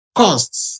costs